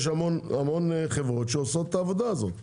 יש המון חברות שעושות את העבודה הזאת,